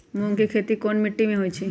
मूँग के खेती कौन मीटी मे होईछ?